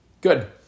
Good